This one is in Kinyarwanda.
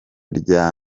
rya